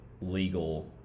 legal